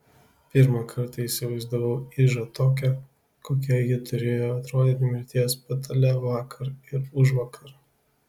pirmą kartą įsivaizdavau ižą tokią kokia ji turėjo atrodyti mirties patale vakar ir užvakar